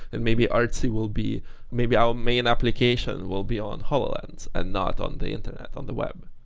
and maybe artsy will be maybe our main application will be on hololens and not on the internet, on the web.